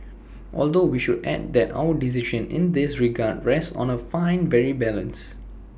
although we should add that our decision in this regard rests on A fine very balance